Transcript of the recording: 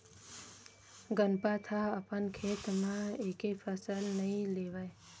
गनपत ह अपन खेत म एके फसल नइ लेवय